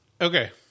Okay